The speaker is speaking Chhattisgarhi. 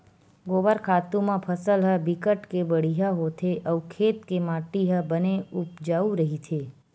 गोबर खातू म फसल ह बिकट के बड़िहा होथे अउ खेत के माटी ह बने उपजउ रहिथे